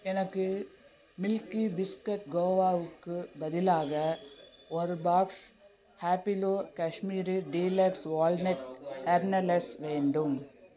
எனக்கு milky biscuit கோவாவுக்கு பதிலாக ஒரு box Happilo Kashmiri deluxe walnut kernels வேண்டும்